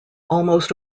almost